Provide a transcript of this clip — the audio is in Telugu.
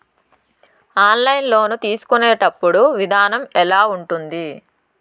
ఆన్లైన్ లోను తీసుకునేటప్పుడు విధానం ఎలా ఉంటుంది